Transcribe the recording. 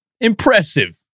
impressive